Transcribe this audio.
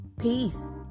Peace